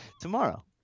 Tomorrow